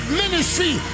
ministry